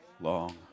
long